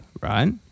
right